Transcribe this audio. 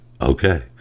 okay